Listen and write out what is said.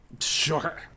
Sure